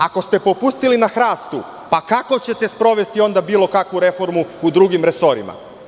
Ako ste popustili na hrastu, pa kako ćete onda sprovesti bilo kakvu reformu u drugim resorima.